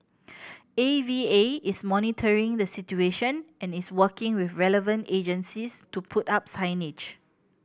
A V A is monitoring the situation and is working with relevant agencies to put up signage